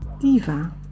Diva